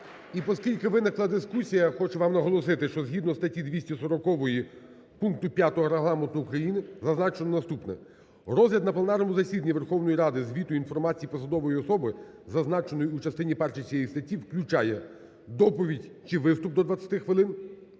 І поскільки виникла дискусія, я хочу вам наголосити, що згідно статті 240-ї пункту 5 Регламенту України зазначено наступне: "Розгляд на пленарному засіданні Верховної Ради звіту, інформації посадовою особою, зазначеної у частині першій цієї статті, включає доповідь чи виступ – до 20 хвилин,